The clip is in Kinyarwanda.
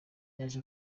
yaje